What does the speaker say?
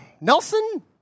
Nelson